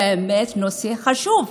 זה באמת נושא חשוב.